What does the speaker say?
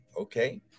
Okay